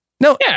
No